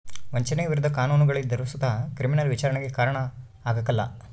ವಂಚನೆಯ ವಿರುದ್ಧ ಕಾನೂನುಗಳಿದ್ದರು ಸುತ ಕ್ರಿಮಿನಲ್ ವಿಚಾರಣೆಗೆ ಕಾರಣ ಆಗ್ಕಲ